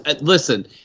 listen